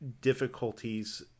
difficulties